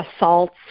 assaults